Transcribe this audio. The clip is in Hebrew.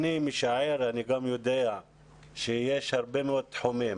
אני משער, אני גם יודע שיש הרבה מאוד תחומים